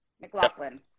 McLaughlin